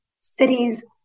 cities